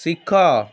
ଶିଖ